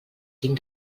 tinc